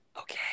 Okay